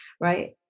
right